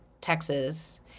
Texas